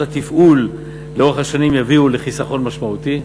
התפעול לאורך השנים יביאו לחיסכון משמעותי,